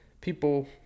people